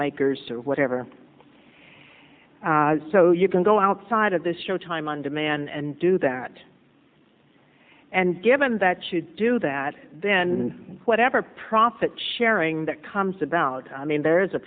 filmmakers or whatever so you can go outside of this showtime on demand and do that and given that you do that then whatever profit sharing that comes about i mean there's a